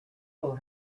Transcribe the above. will